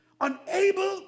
unable